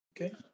Okay